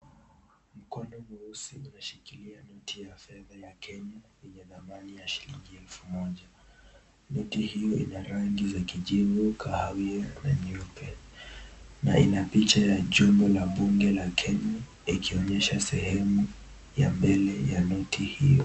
Mkono mweusi unashikilia noti ya fedha ya Kenya yenye dhamani ya shilingi elfu moja, noti hiyo ina rangi za kijivu, kahawia na nyeupe na ina picha ya jumba la bunge la Kenya ikionyesha sehemu ya mbele ya noti hiyo.